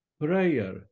prayer